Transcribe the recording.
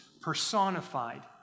personified